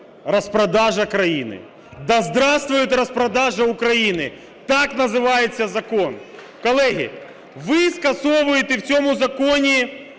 распродажа країни, да здравствует распродажа Украины! Так називається закон. Колеги, ви скасовуєте в цьому законі